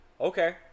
Okay